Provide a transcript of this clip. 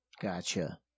Gotcha